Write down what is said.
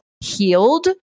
healed